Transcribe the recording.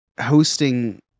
hosting